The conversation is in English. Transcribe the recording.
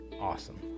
Awesome